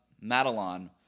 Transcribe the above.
Madelon